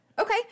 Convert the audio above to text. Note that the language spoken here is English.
Okay